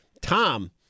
Tom